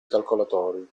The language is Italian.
calcolatori